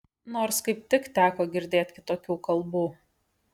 nors kaip tik teko girdėt kitokių kalbų